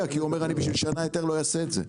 כי אומר: בשביל שנה היתר לא אעשה את זה.